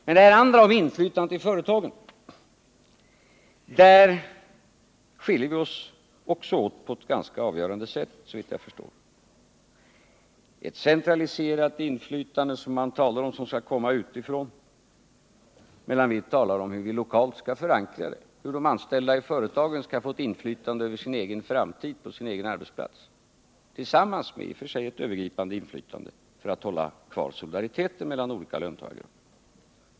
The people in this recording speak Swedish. I fråga om inflytandet i företagen skiljer vi oss också åt på ett ganska avgörande sätt, såvitt jag förstår. Ni talar om ett centraliserat inflytande, som skall komma utifrån, medan vi talar om hur vi lokalt skall förankra inflytandet, hur de anställda i företagen skall få ett inflytande över sin egen framtid och sin egen arbetsplats — tillsammans med ett övergripande inflytande för att hålla kvar solidariteten mellan olika löntagargrupper.